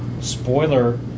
Spoiler